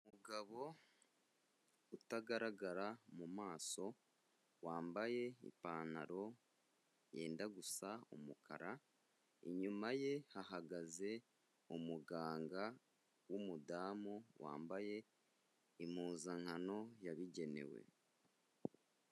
Umugabo utagaragara mu maso, wambaye ipantaro yenda gusa umukara, inyuma ye hahagaze umuganga w'umudamu, wambaye impuzankano yabugenewe.